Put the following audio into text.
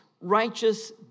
righteous